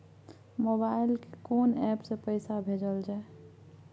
Mobile के कोन app से पैसा भेजल जाए?